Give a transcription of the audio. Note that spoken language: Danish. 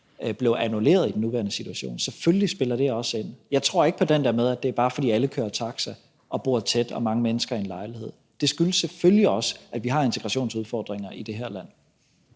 blev annulleret i den nuværende situation. Selvfølgelig spiller det også ind. Jeg tror ikke på det der med, at det bare er, fordi alle kører taxa og bor tæt sammen, mange mennesker i en lejlighed. Det skyldes selvfølgelig også, at vi har integrationsudfordringer i det her land.